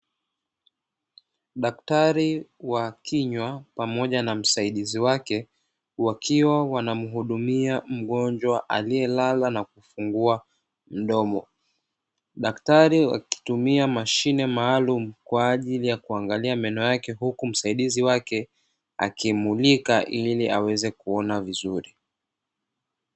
Daktari wa kinywa pamoja na msaidizi wake wakiwa wanamuhudumia mgonjwa aliyelala na kufungua mdomo, daktari akitumia mashine maalumu kwa ajili ya kuangalia meno yake, huku msaidizi wake akimulika ili aweze kuona vizuri.